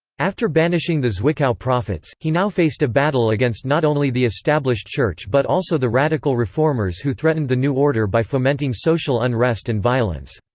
after banishing the zwickau prophets, he now faced a battle against not only the established church but also the radical reformers who threatened the new order by fomenting social unrest and violence.